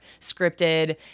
scripted